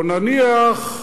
או נניח,